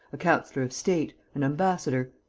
a councillor of state, an ambassador,